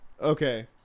Okay